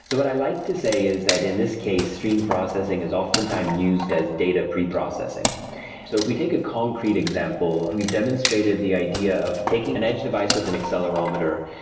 so what i like to say is that in this case, stream processing is oftentimes used as data pre processing. so if we take a concrete example, we've demonstrated the idea of taking an edge device with an accelerometer,